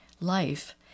life